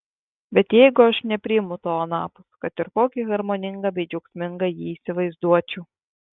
bet jeigu aš nepriimu to anapus kad ir kokį harmoningą bei džiaugsmingą jį įsivaizduočiau